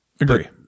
Agree